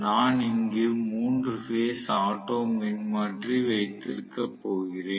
நான் இங்கு 3 phase auto மின்மாற்றி வைத்திருக்கப் போகிறேன்